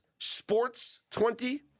SPORTS20